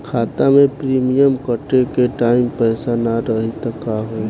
खाता मे प्रीमियम कटे के टाइम पैसा ना रही त का होई?